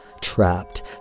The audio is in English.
trapped